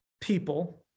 people